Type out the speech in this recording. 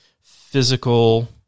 physical